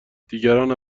دیگران